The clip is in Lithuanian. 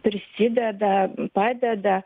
prisideda padeda